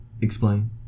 Explain